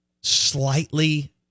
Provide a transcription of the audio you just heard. slightly